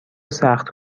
سخت